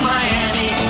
Miami